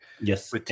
Yes